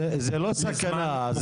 זאת לא סכנה.